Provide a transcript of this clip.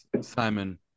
Simon